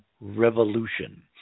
revolution